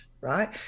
right